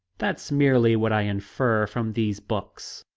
that's merely what i infer from these books.